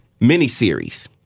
miniseries